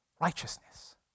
righteousness